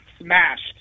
smashed